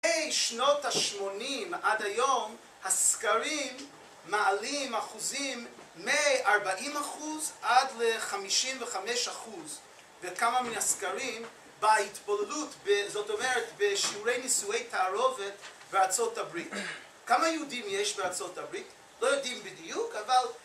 בשנות ה-80 עד היום, הסקרים מעלים אחוזים, מ-40% עד ל-55%. וכמה מן הסקרים בהתבוללות, זאת אומרת, בשיעורי נישואי תערובת בארה״ב. כמה יהודים יש בארה״ב? לא יודעים בדיוק, אבל...